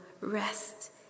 rest